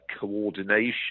coordination